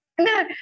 No